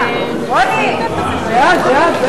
וקבוצת סיעת קדימה לסעיף 28(2) לא נתקבלה.